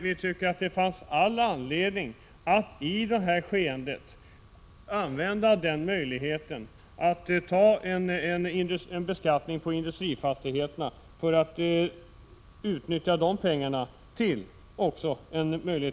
Vi tycker dock att det finns all anledning att i det här skeendet använda möjligheten att ta till beskattning av industrifastigheter för att kunna utnyttja de pengarna till omfördelning.